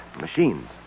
Machines